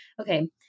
Okay